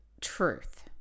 truth